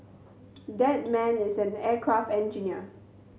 that man is an aircraft engineer